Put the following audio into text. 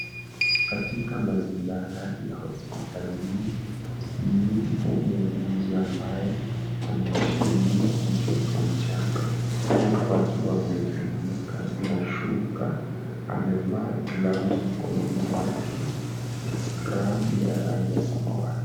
Katika mazingira ya hospitalini, yupo muuguzi ambaye amemshikilia mtoto mchanga huku akiwa amemfunika na shuka. Amevaa gloves mkononi mwake na scrabu ya rangi ya samawati.